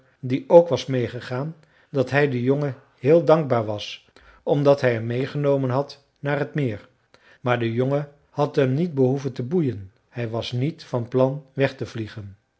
die ook was meêgegaan dat hij den jongen heel dankbaar was omdat hij hem meêgenomen had naar het meer maar de jongen had hem niet behoeven te boeien hij was niet van plan weg te vliegen